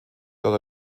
dort